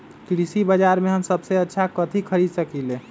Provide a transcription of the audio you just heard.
कृषि बाजर में हम सबसे अच्छा कथि खरीद सकींले?